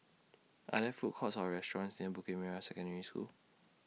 Are There Food Courts Or restaurants near Bukit Merah Secondary School